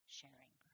sharing